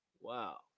Wow